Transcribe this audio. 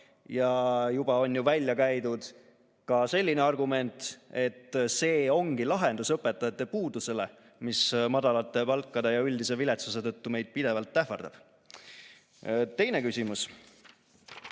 Juba on ju välja käidud ka selline argument, et see ongi lahendus õpetajate puudusele, mis madalate palkade ja üldise viletsuse tõttu meid pidevalt ähvardab. Teine küsimus,